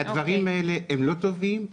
הדברים האלה הם לא טובים,